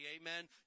Amen